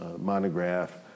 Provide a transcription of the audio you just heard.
Monograph